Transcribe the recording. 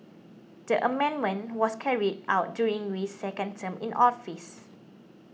the amendment was carried out during Wee's second term in office